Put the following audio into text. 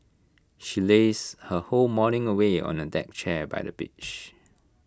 she lazed her whole morning away on A deck chair by the beach